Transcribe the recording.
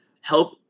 help